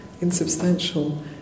insubstantial